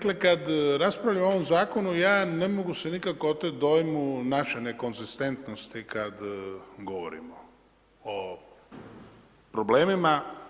Kada raspravljamo o ovom zakonu, ja ne mogu se nikako oteti dojmu naše nekonzistentnosti kada govorimo o problemima.